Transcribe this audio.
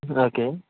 okay